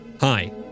Hi